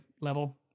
level